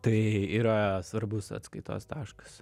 tai yra svarbus atskaitos taškas